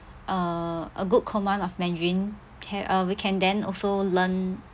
uh a good command of mandarin th~ uh we can then also learn